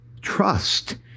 trust